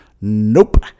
Nope